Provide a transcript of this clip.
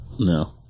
No